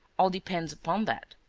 all depends upon that.